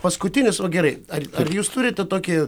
paskutinis o gerai ar ar jūs turite tokį